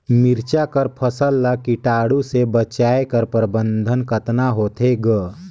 मिरचा कर फसल ला कीटाणु से बचाय कर प्रबंधन कतना होथे ग?